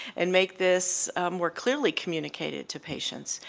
and make this more clearly communicated to patients.